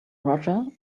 roger